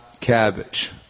cabbage